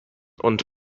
und